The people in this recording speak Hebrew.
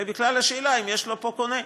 אלא בכלל השאלה אם יש לו פה קונה,